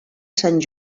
sant